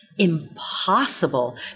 Impossible